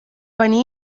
pani